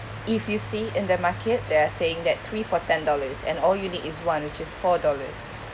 if you see in the market they are saying that three for ten dollars and all you need is one which is four dollars